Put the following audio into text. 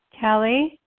Kelly